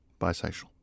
bisexual